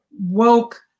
woke